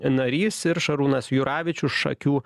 narys ir šarūnas juravičius šakių